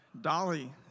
Dolly